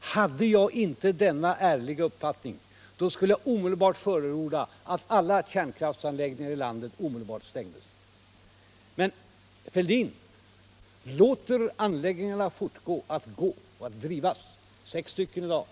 Hade jag inte denna ärliga uppfattning skulle jag omedelbart förorda att alla kärnkraftsanläggningar i landet omedelbart skulle stängas. Men Fälldin låter anläggningarna fortsätta att gå — det är sex stycken anläggningar som drivs i dag.